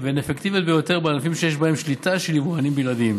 והן אפקטיביות ביותר בענפים שבהם יש שליטה של יבואנים בלעדיים.